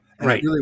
Right